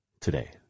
today